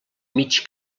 mig